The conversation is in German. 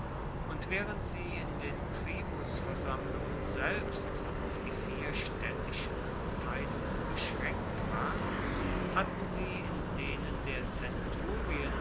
und waehrend sie in den tribusversammlungen selbst auf die vier staedtischen abteilungen beschraenkt waren hatten sie in denen der zenturien